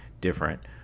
different